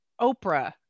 oprah